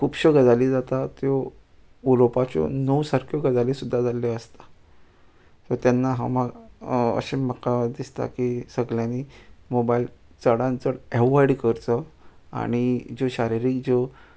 खुबश्यो गजाली जाता त्यो उलोवपाच्यो न्हू सारक्यो गजाली सुद्दां जाल्ल्यो आसता सो तेन्ना हांव माग अशें म्हाका दिसता की सगल्यांनी मोबायल चडान चड एवॉयड करचो आनी ज्यो शारिरीक ज्यो